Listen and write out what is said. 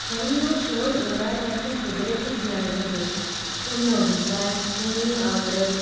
ફળના છોડ ઉગાડવાથી કુદરતી જ્ઞાન વધે છે છોડનો વિકાસ ફૂલની આવડત